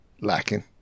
lacking